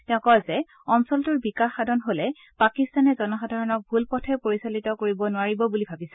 তেওঁ কয় যে অঞ্চলটোৰ বিকাশ সাধান হলে পাকিস্তানে জনসাধাৰণক ভূলপথে পৰিচালিত কৰিব নোৱাৰিব বুলি ভাবিছে